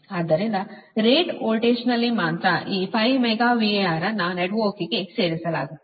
ಆದ್ದರಿಂದ ರೇಟ್ ವೋಲ್ಟೇಜ್ನಲ್ಲಿ ಮಾತ್ರ ಈ 5 Mega VAR ಅನ್ನು ನೆಟ್ವರ್ಕ್ಗೆ ಸೇರಿಸಲಾಗುತ್ತದೆ